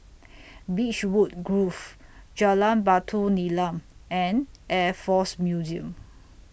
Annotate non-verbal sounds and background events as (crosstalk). (noise) Beechwood Grove Jalan Batu Nilam and Air Force Museum